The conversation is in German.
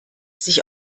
sich